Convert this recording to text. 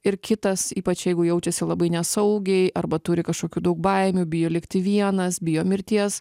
ir kitas ypač jeigu jaučiasi labai nesaugiai arba turi kažkokių daug baimių bijo likti vienas bijo mirties